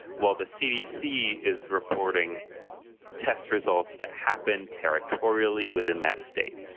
while the cdc is reporting test results that happen territorially within that state.